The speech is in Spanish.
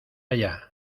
allá